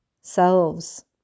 selves